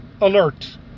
alert